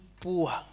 poor